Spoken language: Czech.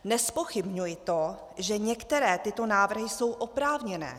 Nezpochybňuji to, že některé tyto návrhy jsou oprávněné.